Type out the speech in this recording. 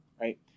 right